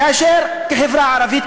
כאשר כחברה הערבית,